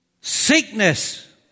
sickness